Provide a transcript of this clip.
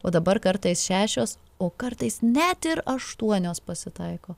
o dabar kartais šešios o kartais net ir aštuonios pasitaiko